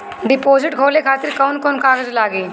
Deposit खोले खातिर कौन कौन कागज लागी?